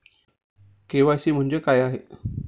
KYC म्हणजे काय आहे?